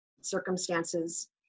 circumstances